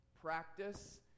practice